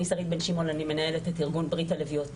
אני שרית בן שימול ואני מנהלת את ארגון ברית הלביאות